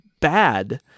bad